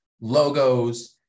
logos